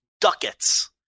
ducats